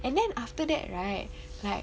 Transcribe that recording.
and then after that right like